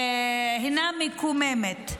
הינה מקוממת.